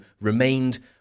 remained